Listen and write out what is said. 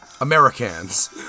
americans